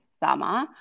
summer